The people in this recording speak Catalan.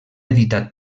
editat